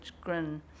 grin